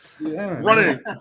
running